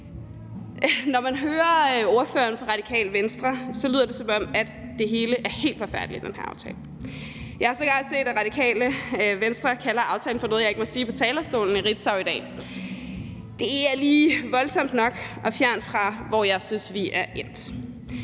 Når man hører ordføreren for Radikale Venstre, lyder det, som om det hele er helt forfærdeligt med den her aftale. Jeg har sågar set, at Radikale Venstre kalder aftalen for noget, jeg ikke må sige på talerstolen, i Ritzau i dag. Det er lige voldsomt nok og fjernt fra, hvor jeg synes vi er endt,